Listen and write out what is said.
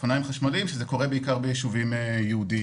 מה שקורה בעיקר ביישובים יהודים.